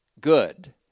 good